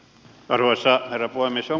arvoisa herra puhemies